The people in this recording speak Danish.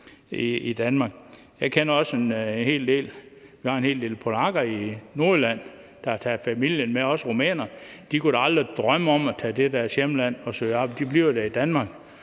Vi har en hel del polakker i Nordjylland, der har taget familien med, også rumænere, og de kunne da aldrig drømme om at tage til deres hjemland og søge arbejde. De bliver da i Danmark.